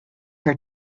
her